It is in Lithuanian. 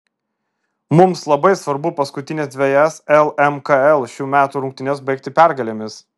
mums labai svarbu paskutines dvejas lmkl šių metų rungtynes baigti pergalėmis